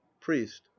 Priest